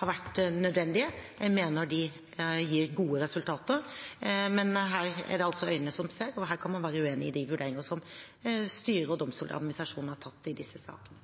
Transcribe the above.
har vært nødvendige. Jeg mener de gir gode resultater. Her er det altså øynene som ser, og her kan man være uenig i de vurderingene som styret og Domstoladministrasjonen har gjort i disse sakene.